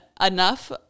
enough